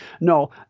no